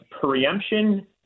preemption